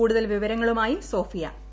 കൂടുതൽ വിവരങ്ങളുമായി സോഫിയി